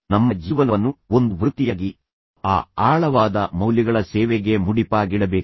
ನಾವು ನಮ್ಮ ಜೀವನವನ್ನು ಒಂದು ವೃತ್ತಿಯಾಗಿ ಒಂದು ಆ ಆಳವಾದ ಮೌಲ್ಯಗಳ ಸೇವೆಗೆ ಮುಡಿಪಾಗಿಡಬೇಕು